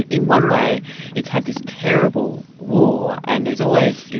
in one way it's had this terrible war, and there's always, you